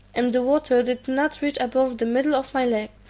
and the water did not reach above the middle of my leg.